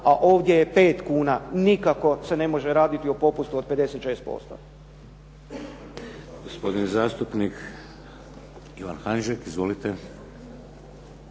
a ovdje je 5 kuna. nikako se ne može raditi o popustu od 56%.